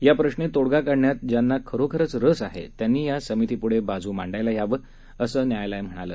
याप्रश्री तोडगा काढण्यात ज्यांना खरोखरच रस आहे त्यांनी या समितीपुढे बाजू मांडायला यावं असं न्यायालयानं सांगितलं